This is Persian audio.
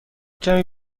کمی